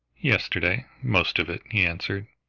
yesterday, most of it, he answered.